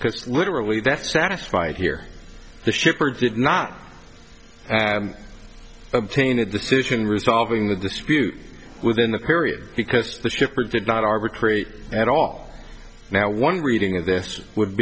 because literally that satisfied here the shipper did not obtain a decision resolving the dispute within the period because the shipper did not arbitrate at all now one reading of this would